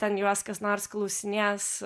ten juos kas nors klausinės